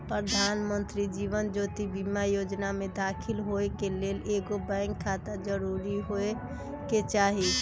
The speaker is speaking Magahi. प्रधानमंत्री जीवन ज्योति बीमा जोजना में दाखिल होय के लेल एगो बैंक खाता जरूरी होय के चाही